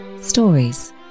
Stories